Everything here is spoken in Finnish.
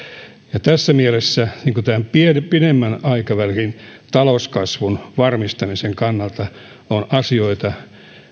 tässä mielessä pidemmän aikavälin talouskasvun varmistamisen kannalta on asioita